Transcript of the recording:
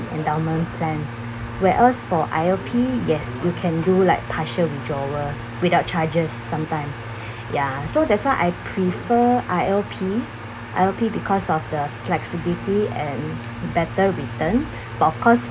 endowment plan where else for I_O_P yes you can do like partial withdrawal without charges sometimes ya so that's why I prefer I_O_P I_O_P because of the flexibility and better return but of course